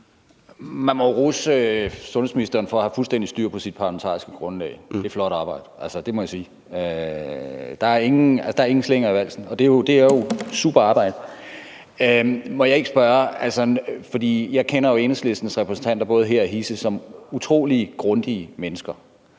Man må jo rose sundhedsministeren for at have fuldstændig styr på sit parlamentariske grundlag. Det er flot arbejde; det må jeg sige. Altså, der er ingen slinger i valsen, og det er jo et super arbejde. Må jeg ikke spørge, for jeg kender jo Enhedslistens repræsentanter både her og hisset som utrolig grundige mennesker,